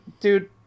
dude